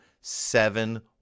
seven